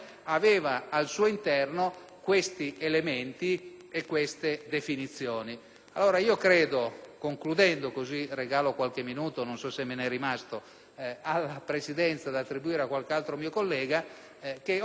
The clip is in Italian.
questi elementi e queste definizioni.